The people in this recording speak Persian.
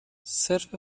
صرف